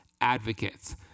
advocates